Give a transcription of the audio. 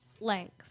length